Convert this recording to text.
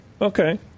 Okay